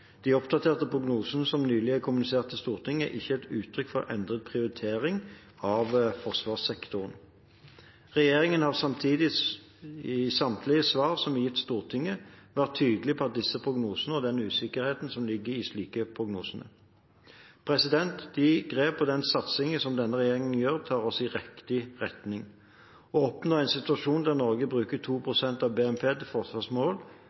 De oppdaterte prognosene som nylig er kommunisert til Stortinget, er ikke et uttrykk for en endret prioritering av forsvarssektoren. Regjeringen har i samtlige svar som er gitt Stortinget, vært tydelig på den usikkerheten som ligger i slike prognoser. De grep og den satsingen som denne regjeringen gjør, tar oss i riktig retning. Å oppnå en situasjon der Norge bruker 2 pst. av BNP til